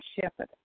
shepherd